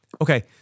Okay